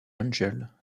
ángel